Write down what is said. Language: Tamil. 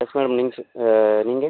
எஸ் மேடம் நீங்கள் நீங்கள்